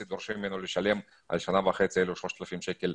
ודורשים ממנו לשלם על השנה וחצי האלה 3,000 שקל